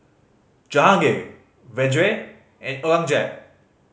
Jahangir Vedre and Aurangzeb